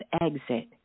exit